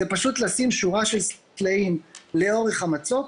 זה פשוט לשים שורה של טלאים לאורך המצוק,